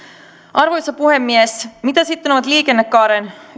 arvoisa puhemies mitä sitten ovat liikennekaaren